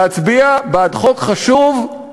להצביע בעד חוק חשוב,